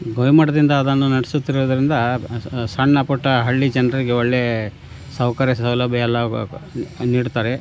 ಗವಿಮಠದಿಂದ ಅದನ್ನು ನಡೆಸುತ್ತಿರುವುದರಿಂದ ಸಣ್ಣ ಪುಟ್ಟ ಹಳ್ಳಿ ಜನರಿಗೆ ಒಳ್ಳೆಯ ಸೌಕರ್ಯ ಸೌಲಭ್ಯವೆಲ್ಲ ನೀಡ್ತಾರೆ